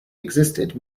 existed